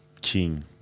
king